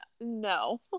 No